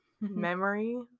memory